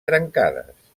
trencades